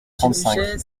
trente